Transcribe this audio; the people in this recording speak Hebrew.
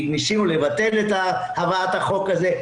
ניסינו לבטל את הבאת החוק הזה,